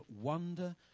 wonder